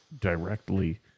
directly